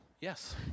Yes